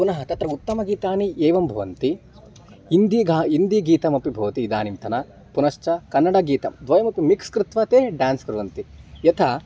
पुनः तत्र उत्तमगीतानि एवं भवन्ति इन्दिगा हिन्दिगीतमपि भवति इदानींतनं पुनश्च कन्नडगीतं द्वयमपि मिक्स् कृत्वा ते डान्स् कुर्वन्ति यथा